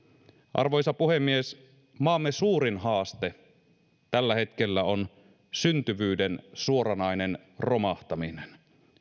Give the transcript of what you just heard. arvoisa puhemies maamme suurin haaste tällä hetkellä on syntyvyyden suoranainen romahtaminen